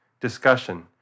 discussion